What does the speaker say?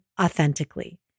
authentically